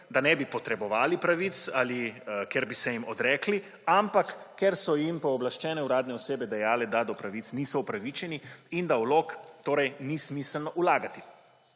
da ne bi potrebovali pravic ali ker bi se jim odrekli, ampak ker so jim pooblaščene uradne osebe dajale, da do pravic niso upravičeni in da vlog torej ni smiselno vlagati.